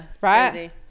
right